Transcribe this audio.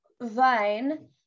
Vine